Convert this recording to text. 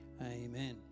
Amen